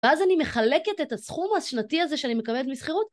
ואז אני מחלקת את הסכום השנתי הזה שאני מקבלת משכירות.